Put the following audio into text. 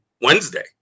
Wednesday